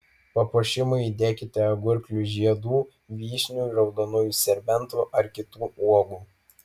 papuošimui įdėkite agurklių žiedų vyšnių raudonųjų serbentų ar kitų uogų